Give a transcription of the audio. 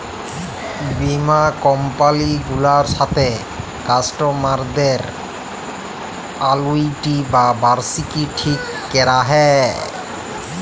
বীমা কমপালি গুলার সাথে কাস্টমারদের আলুইটি বা বার্ষিকী ঠিক ক্যরা হ্যয়